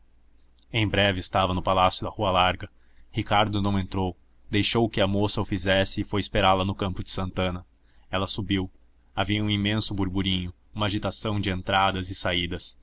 em breve estava no palácio da rua larga ricardo não entrou deixou que a moça o fizesse e foi esperá-la no campo de santanna ela subiu havia um imenso burburinho uma agitação de entradas e saídas